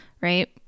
right